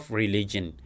religion